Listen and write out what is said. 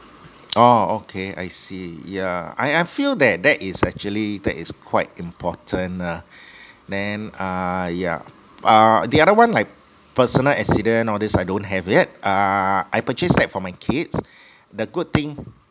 oh okay I see yeah I I feel that that is actually that is quite important ah then err yeah uh the other one like personal accident all these I don't have yet err I purchase that for my kids the good thing